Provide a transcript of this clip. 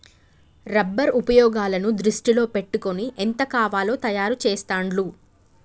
rubber ఉపయోగాలను దృష్టిలో పెట్టుకొని ఎంత కావాలో తయారు చెస్తాండ్లు